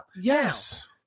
Yes